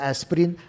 Aspirin